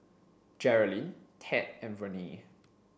Jerilyn Ted Verne